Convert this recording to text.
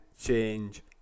change